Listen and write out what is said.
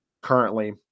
currently